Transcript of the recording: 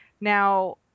Now